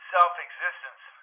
Self-existence